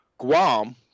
Guam